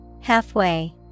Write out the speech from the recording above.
Halfway